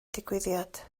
digwyddiad